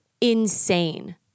insane